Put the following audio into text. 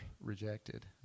rejected